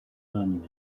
monument